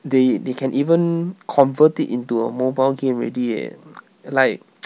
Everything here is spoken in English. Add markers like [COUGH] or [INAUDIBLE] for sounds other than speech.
they they can even convert it into a mobile game already eh like [NOISE]